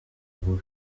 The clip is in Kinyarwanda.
bubi